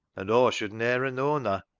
an' aw should ne'er a known her.